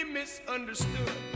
misunderstood